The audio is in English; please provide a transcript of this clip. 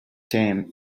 them